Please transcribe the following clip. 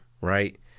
right